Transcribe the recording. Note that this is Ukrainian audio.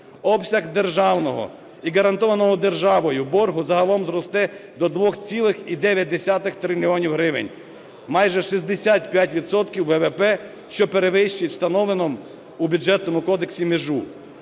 Обсяг державного і гарантованого державного боргу загалом зросте до 2,9 трильйона гривень, майже 65 відсотків ВВП, що перевищить встановлену у Бюджетному кодексі межу.